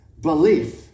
belief